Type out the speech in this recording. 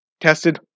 Tested